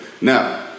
Now